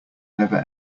never